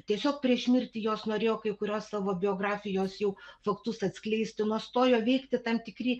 tiesiog prieš mirtį jos norėjo kai kurios savo biografijos jau faktus atskleisti nustojo veikti tam tikri